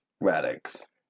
Radix